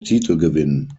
titelgewinn